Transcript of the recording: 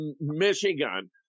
Michigan